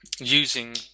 using